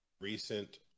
recent